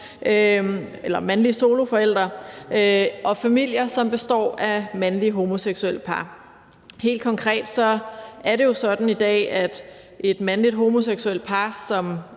for mandlige soloforældre og familier, som består af mandlige homoseksuelle par. Helt konkret er det jo sådan i dag, at et mandligt homoseksuelt par, som